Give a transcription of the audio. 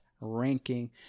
ranking